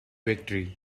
victory